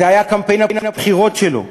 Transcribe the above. זה היה קמפיין הבחירות שלו,